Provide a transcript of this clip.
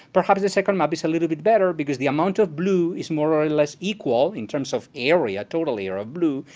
perhaps the second map is a little bit better, because the amount of blue is more or less equal in terms of area, totally area, ah blue,